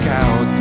out